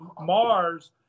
Mars